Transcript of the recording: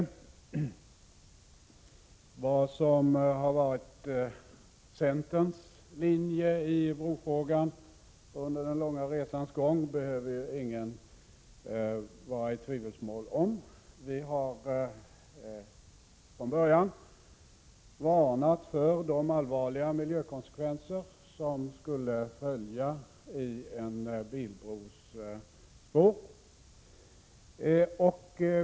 Ingen behöver sväva i tvivelsmål om vilken som har varit centerns linje i brofrågan under den långa resans gång. Vi har från början varnat för de allvarliga miljökonsekvenser som skulle följa i en bilbros spår.